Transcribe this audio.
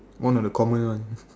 one of the common one